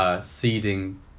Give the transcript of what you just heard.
Seeding